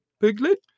Piglet